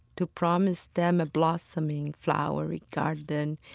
to promise them a blossoming, flowery garden,